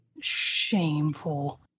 Shameful